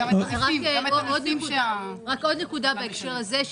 בהקשר הזה,